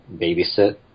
babysit